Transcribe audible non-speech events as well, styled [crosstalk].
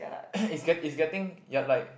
[coughs] it's get it's getting ya like